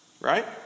right